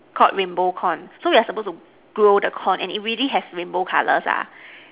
called rainbow corn so we are supposed to grow the corn and it really has rainbow colors ah